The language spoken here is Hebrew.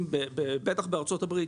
ובטח בארצות הברית,